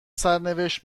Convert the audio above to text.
سرنوشت